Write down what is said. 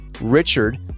Richard